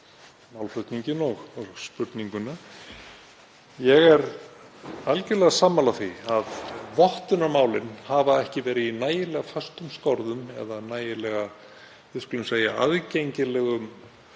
málflutninginn og spurninguna. Ég er algjörlega sammála því að vottunarmálin hafa ekki verið í nægilega föstum skorðum eða nægilega, við skulum segja aðgengilegum